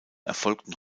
erfolgten